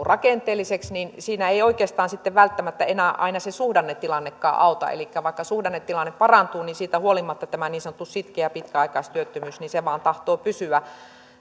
rakenteelliseksi niin siinä ei oikeastaan sitten välttämättä enää aina se suhdannetilannekaan auta elikkä vaikka suhdannetilanne parantuu niin siitä huolimatta tämä niin sanottu sitkeä pitkäaikaistyöttömyys vaan tahtoo pysyä